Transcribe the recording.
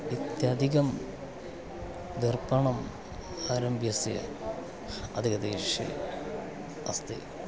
अत्यधिकं दर्पणम् आरम्भस्य अधिकता विषये अस्ति